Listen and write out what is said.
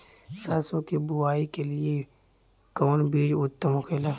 सरसो के बुआई के लिए कवन बिज उत्तम होखेला?